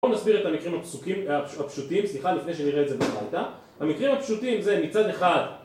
בואו נסביר את המקרים הפסוקים, הפשוטים, סליחה לפני שאני אראה את זה בפאלטה המקרים הפשוטים זה מצד אחד